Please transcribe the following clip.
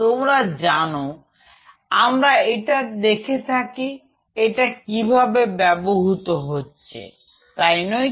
তোমরা জানো আমরা এটা দেখে থাকি এটা কিভাবে ব্যবহৃত হচ্ছে তাই নয় কি